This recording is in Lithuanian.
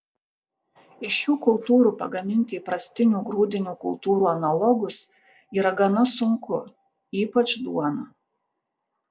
iš šių kultūrų pagaminti įprastinių grūdinių kultūrų analogus yra gana sunku ypač duoną